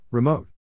Remote